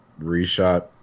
reshot